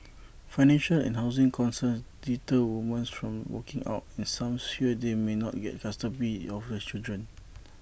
financial and housing concerns deter woman from walking out and some shear they may not get custody of the children